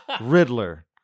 Riddler